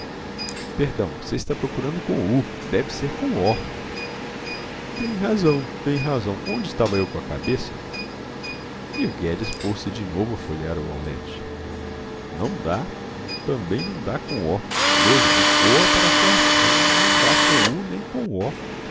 perdão você está procurando com u deve ser com o tem razão tem razão onde estava eu com a cabeça e o guedes pôs-se de novo a folhear o aulete não dá também não dá com o veja de coa para coação não dá com u nem com o